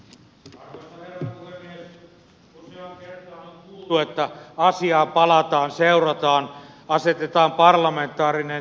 useaan kertaan on kuultu että asiaan palataan seurataan asetetaan parlamentaarinen työryhmä